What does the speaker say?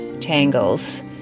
tangles